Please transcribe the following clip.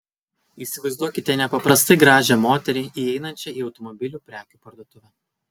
įsivaizduokite nepaprastai gražią moterį įeinančią į automobilių prekių parduotuvę